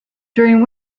during